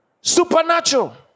supernatural